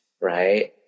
Right